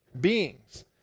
beings